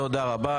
תודה רבה.